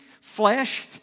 flesh